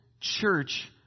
church